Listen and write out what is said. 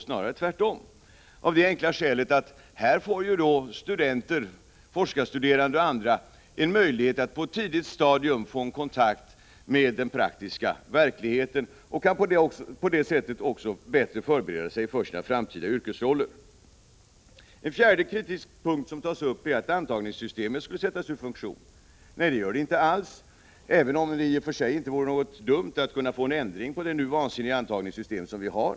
Snarare är det tvärtom, av det enkla skälet att studenter, forskarstuderande och andra här får en möjlighet att på ett tidigt stadium få kontakt med den praktiska verkligheten och på det sättet också bättre kan förbereda sig för sina framtida yrkesroller. En fjärde kritisk punkt som togs upp är att antagningssystemet skulle sättas ur funktion. Nej, det gör det inte alls — även om det inte skulle vara så dumt att få en ändring på det vansinniga antagningssystem som vi nu har.